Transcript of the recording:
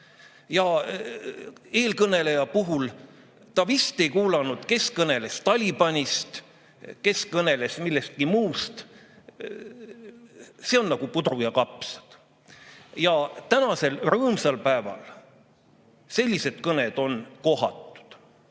Ja eelkõneleja vist ei kuulanud, kes kõneles Talibanist, kes kõneles millestki muust, see on nagu puder ja kapsad. Ja tänasel rõõmsal päeval sellised kõned on kohatud.